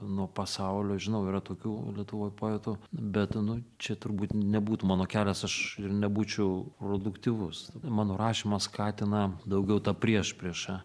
nuo pasaulio žinau yra tokių lietuvoj poetų bet nu čia turbūt nebūtų mano kelias aš ir nebūčiau produktyvus tada mano rašymą skatina daugiau ta priešprieša